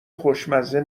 خوشمزه